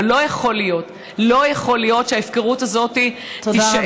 אבל לא יכול להיות שההפקרות הזאת תישאר,